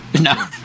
No